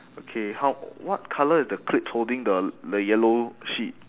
okay how what colour is the clips holding the the yellow sheet